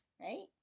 right